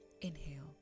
Inhale